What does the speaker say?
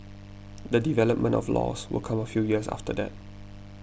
the development of laws will come a few years after that